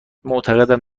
معتقدم